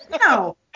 No